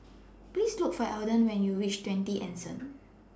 Please Look For Alden when YOU REACH twenty Anson